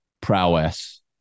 prowess